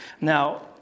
Now